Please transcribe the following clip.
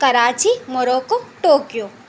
Karachi Morocco Tokyo